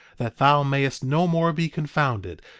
that thou mayest no more be confounded,